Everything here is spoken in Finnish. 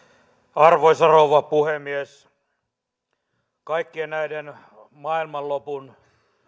arvoisa rouva puhemies kaikkien näiden maailmanlopun